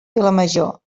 vilamajor